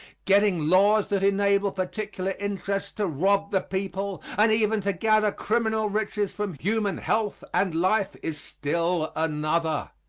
getting laws that enable particular interests to rob the people, and even to gather criminal riches from human health and life is still another.